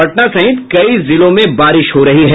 पटना सहित कई जिलों में बारिश हो रही है